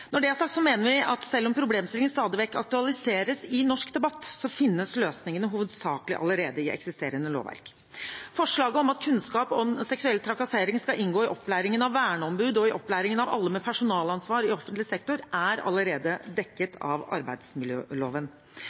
Når det er sagt, mener vi at selv om problemstillingen stadig vekk aktualiseres i norsk debatt, finnes løsningene hovedsakelig allerede i eksisterende lovverk. Forslaget om at kunnskap om seksuell trakassering skal inngå i opplæringen av verneombud og i opplæring av alle med personalansvar i offentlig sektor, er allerede dekket av arbeidsmiljøloven.